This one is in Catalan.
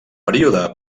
període